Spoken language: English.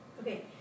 Okay